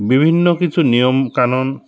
বিভিন্ন কিছু নিয়মকানুন